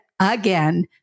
again